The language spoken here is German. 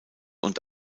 und